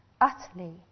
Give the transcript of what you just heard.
utterly